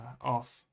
off